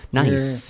nice